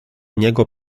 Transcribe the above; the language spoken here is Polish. niego